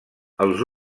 els